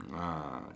ah